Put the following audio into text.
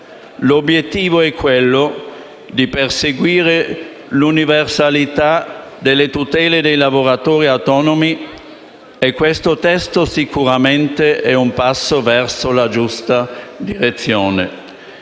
L’obiettivo è quello di perseguire l’universalità delle tutele dei lavoratori autonomi, e questo testo sicuramente è un passo verso la giusta direzione.